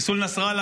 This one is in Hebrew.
חיסול נסראללה,